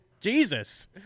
Jesus